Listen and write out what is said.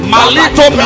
Malito